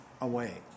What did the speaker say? away